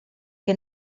che